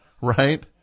right